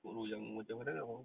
pokok ru yang macam mana